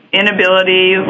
inability